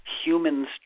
humans